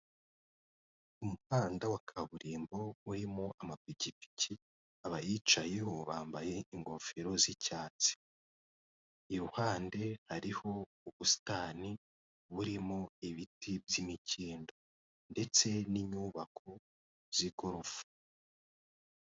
Umuhanda wa kaburimbo urimo amapikipiki, abayicayeho bambaye ingofero z'icyatsi. Iruhande hariho ubusitani burimo ibiti by'imikindo, ndetse n'inyubako z'igorofa.